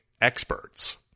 experts